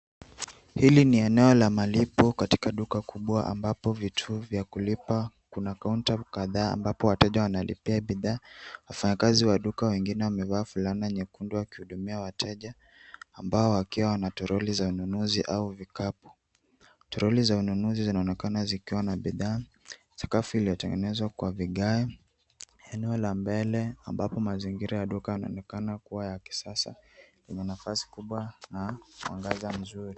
Hili ni eneo la malipo katika duka kubwa ambapo vituo vya kulipa. Kuna kaunta kadhaa ambapo wateja wanalipia bidhaa. Wafanyakazi wa duka wengine wamevaa fulana nyekundu wakihudumia wateja ambao wakiwa na troli za ununuzi au vikapu. Troli za ununuzi zinaonekana zikiwa na bidhaa. Sakafu iliyotengenezwa kwa vigae. Eneo la mbele ambapo mazingira ya duka inaonekana kuwa ya kisasa yenye nafasi kubwa na mwangaza mzuri.